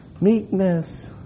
Meekness